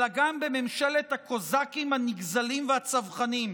אלא גם בממשלת הקוזקים הנגזלים והצווחנים,